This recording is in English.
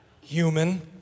Human